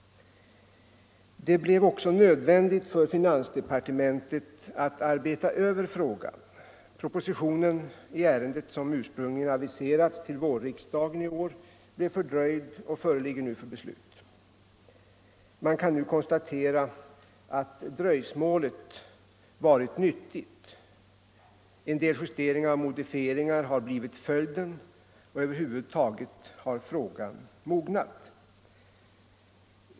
Det blev nödvändigt för finansdepartementet att arbeta över frågan. Propositionen i ärendet, som ursprungligen aviserats till vårriksdagen i år, blev fördröjd och föreligger nu för beslut. Man kan konstatera att dröjsmålet varit nyttigt. En del justeringar och modifieringar har blivit följden, och över huvud taget har frågan mognat.